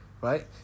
right